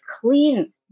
clean